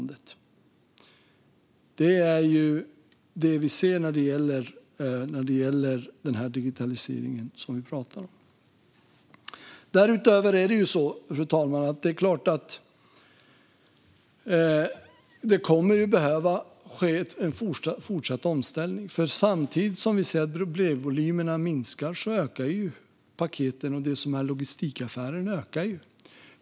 Det är detta vi ser när det gäller den digitalisering vi talar om. Fru talman! Det kommer att behöva ske en fortsatt omställning. Samtidigt som vi ser att brevvolymerna minskar ökar antalet paket och logistikaffärer.